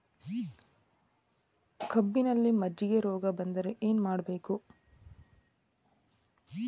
ಕಬ್ಬಿನಲ್ಲಿ ಮಜ್ಜಿಗೆ ರೋಗ ಬಂದರೆ ಏನು ಮಾಡಬೇಕು?